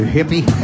hippie